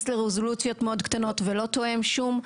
לרזולוציות מאוד קטנות ולא תואם שום הנחיות